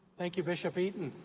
thank you, bishop eaton.